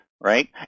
Right